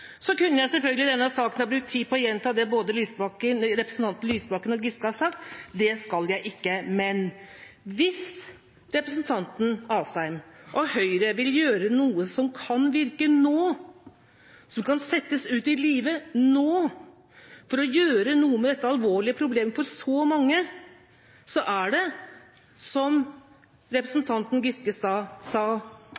Så kunne jeg selvfølgelig i denne saken brukt tid på å gjenta det som både representanten Giske og representanten Lysbakken har sagt, men det skal jeg ikke. Hvis representanten Asheim og Høyre vil gjøre noe som kan virke nå, som kan settes ut i live nå for å gjøre noe med dette alvorlige problemet for så mange, er det – som